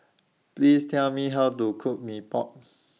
Please Tell Me How to Cook Mee Pok